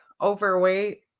overweight